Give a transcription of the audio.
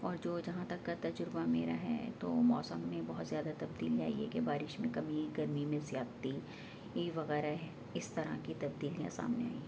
اور جو جہاں تک کا تجربہ میرا ہے تو موسم میں بہت زیادہ تبدیلی آئی ہے کہ بارش میں کمی گرمی میں زیادتی وغیرہ ہے اس طرح کی تبدیلیاں سامنے آئی ہیں